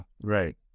right